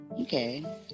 Okay